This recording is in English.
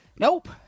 Nope